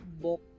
book